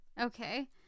Okay